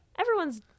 Everyone's